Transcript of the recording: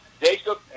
Jacob